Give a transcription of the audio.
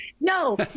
no